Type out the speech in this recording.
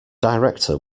director